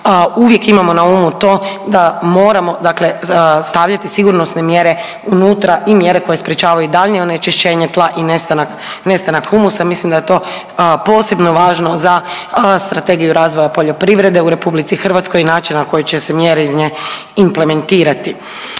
uvijek imamo na umu to da moramo dakle stavljati sigurnosne mjere unutra i mjere koje sprječavaju daljnje onečišćenje tla i nestanak, nestanak humusa, mislim da je to posebno važno za Strategiju razvoja poljoprivrede u RH i način na koji će se mjere iz nje implementirati.